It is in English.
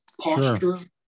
posture